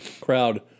Crowd